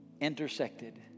intersected